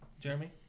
Jeremy